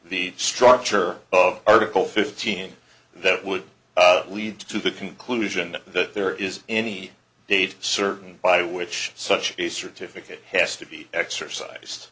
the structure of article fifteen that would lead to the conclusion that there is any date certain by which such a certificate has to be exercised